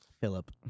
Philip